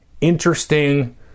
interesting